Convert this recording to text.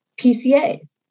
PCA